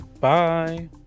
Bye